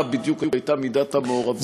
מה בדיוק הייתה מידת המעורבות של הממשל,